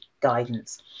guidance